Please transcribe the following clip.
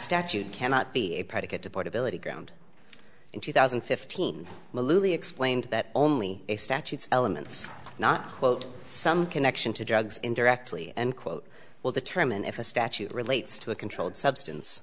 statute cannot be a predicate to portability ground in two thousand and fifteen milou he explained that only a statute elements not quote some connection to drugs indirectly and quote will determine if a statute relates to a controlled substance